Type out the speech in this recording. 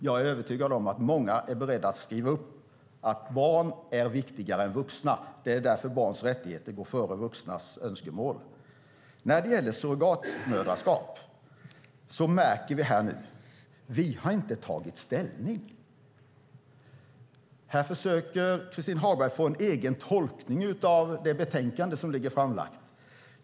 Jag är övertygad om att många är beredda att skriva upp att barn är viktigare än vuxna, och det är därför barns rättigheter går före vuxnas önskemål. När det gäller surrogatmoderskap märker vi nu: Vi har inte tagit ställning. Christin Hagberg försöker få en egen tolkning av det betänkande som är framlagt.